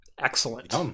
Excellent